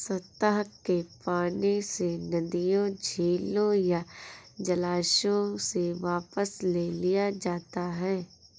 सतह के पानी से नदियों झीलों या जलाशयों से वापस ले लिया जाता है